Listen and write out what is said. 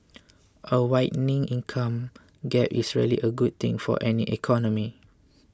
a widening income gap is rarely a good thing for any economy